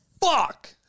Fuck